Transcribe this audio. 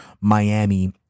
Miami